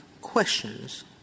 questions